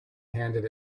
handed